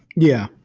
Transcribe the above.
yeah.